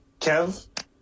Kev